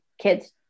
kids